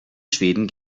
schweden